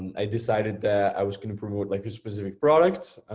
i decided that i was gonna promote like a specific product,